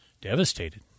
Devastated